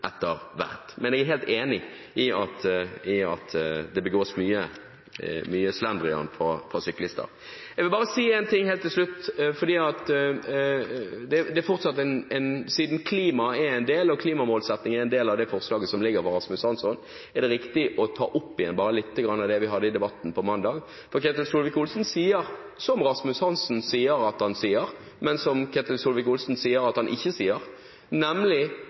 etter hvert. Men jeg er helt enig i at det begås mye slendrian av syklister. Jeg vil bare si én ting helt til slutt. Siden klima og klimamålsetting er en del av det representantforslaget som foreligger fra Rasmus Hansson, er det riktig å ta opp igjen bare litt av det vi hadde i debatten på mandag. Ketil Solvik-Olsen sier – som Rasmus Hansson sier at han sier, men som Ketil Solvik-Olsen sier at han ikke sier